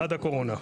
עד הקורונה.